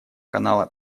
канала